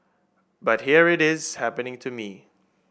but here it is happening to me